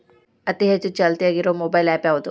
ಅತಿ ಹೆಚ್ಚ ಚಾಲ್ತಿಯಾಗ ಇರು ಮೊಬೈಲ್ ಆ್ಯಪ್ ಯಾವುದು?